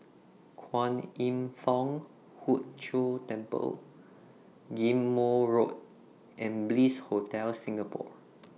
Kwan Im Thong Hood Cho Temple Ghim Moh Road and Bliss Hotel Singapore